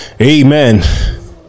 Amen